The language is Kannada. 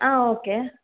ಹಾಂ ಓಕೆ